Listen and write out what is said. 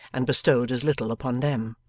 and bestowed as little upon them.